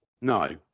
No